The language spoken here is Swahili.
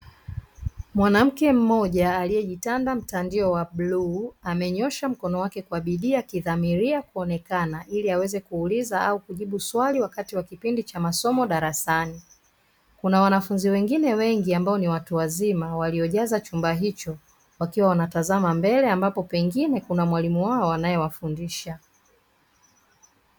Mwanamke mmoja aliyejitanda mtandio wa bluu amenyoosha mkono wake kwa bidii akidhamiria kuonekana ili aweze kuuliza au kujibu swali wakati wa kipindi cha masomo darasani, kuna wanafunzi wengine wengi ambao ni watu wazima waliojaza chumba hicho wakiwa wanatazama mbele ambapo pengine kuna mwalimu wao anayewafundisha.